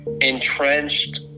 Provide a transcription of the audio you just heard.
entrenched